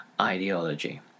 ideology